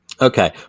Okay